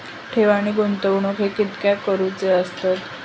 ठेव आणि गुंतवणूक हे कित्याक करुचे असतत?